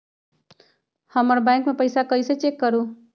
हमर बैंक में पईसा कईसे चेक करु?